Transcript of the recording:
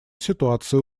ситуация